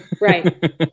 Right